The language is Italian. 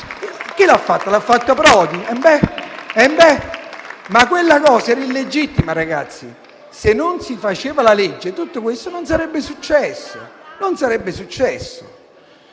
Chi l'ha fatto? L'ha fatto Prodi? Quella cosa era illegittima, ragazzi; se non si faceva la legge, tutto questo non sarebbe successo. *(Commenti)*.